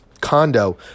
condo